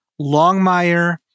Longmire